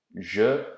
Je